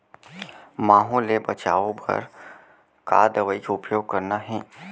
माहो ले बचाओ बर का दवई के उपयोग करना हे?